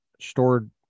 stored